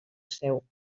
seu